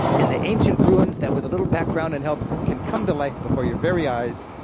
in the ancient ruins, that with a little background and help, can come to life before your very eyes.